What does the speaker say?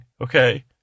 Okay